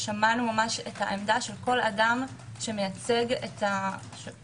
ששמענו את העמדה של כל אדם שמייצג בתוך